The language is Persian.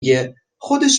گه، خودش